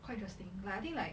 quite interesting lah I think like